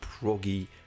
proggy